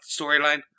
storyline